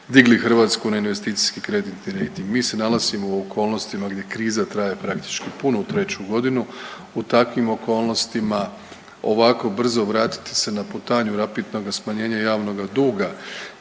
digli Hrvatsku na investicijski kreditni rejting. Mi se nalazimo u okolnostima gdje kriza traje praktički punu treću godinu. U takvim okolnostima ovako brzo vratiti se na putanju rapidnoga smanjenja javnoga duga